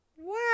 Wow